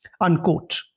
unquote